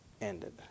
ended